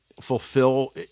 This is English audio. fulfill